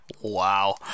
Wow